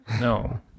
No